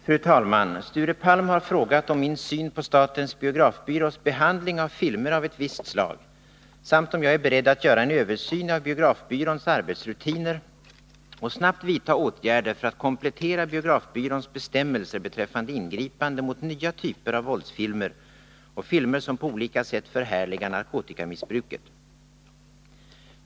Fru talman! Sture Palm har frågat om min syn på statens biografbyrås behandling av filmer av ett Visst slag samt om jag är beredd att göra en översyn av biografbyråns arbetsrutiner och snabbt vidta åtgärder för att komplettera biografbyråns bestämmelser beträffande ingripande mot nya typer av våldsfilmer och filmer som på olika sätt förhärligar narkotikamissbruket.